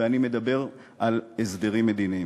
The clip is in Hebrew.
ואני מדבר על הסדרים מדיניים.